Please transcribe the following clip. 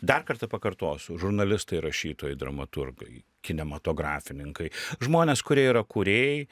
dar kartą pakartosiu žurnalistai rašytojai dramaturgai kinematografininkai žmonės kurie yra kūrėjai